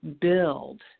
build